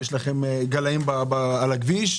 יש לכם גלאים על הכביש?